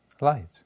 Light